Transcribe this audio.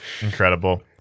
Incredible